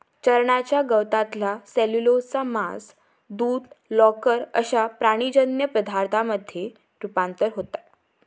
चरण्याच्या गवतातला सेल्युलोजचा मांस, दूध, लोकर अश्या प्राणीजन्य पदार्थांमध्ये रुपांतर होता